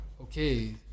Okay